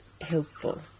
helpful